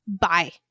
bye